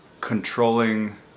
controlling